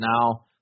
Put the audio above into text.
now